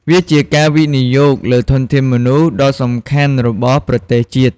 វាជាការវិនិយោគលើធនធានមនុស្ស ដ៏សំខាន់របស់ប្រទេសជាតិ។